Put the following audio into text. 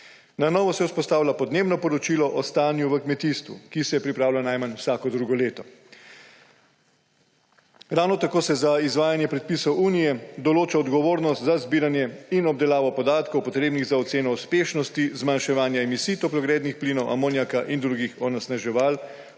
Na novo se vzpostavlja podnebno poročilo o stanju v kmetijstvu, ki se pripravlja najmanj vsako drugo leto. Ravno tako se za izvajanje predpisov Unije določa odgovornost za zbiranje in obdelavo podatkov, potrebnih za oceno uspešnosti zmanjševanja emisij toplogrednih plinov, amonijaka in drugih onesnaževal